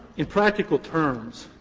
in practical terms,